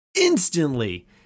instantly